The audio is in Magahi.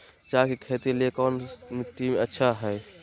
चाय की खेती के लिए कौन मिट्टी अच्छा हाय?